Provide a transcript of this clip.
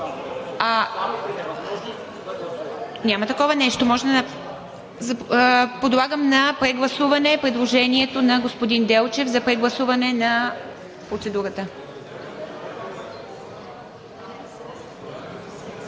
Няма такова нещо. Подлагам на прегласуване предложението на господин Делчев за прегласуване на процедурата.